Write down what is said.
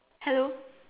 hello